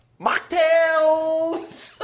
Mocktails